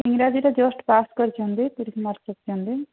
ଇଂରାଜୀରେ just pass କରିଛନ୍ତି ତିରିଶ ମାର୍କ ରଖିଛନ୍ତି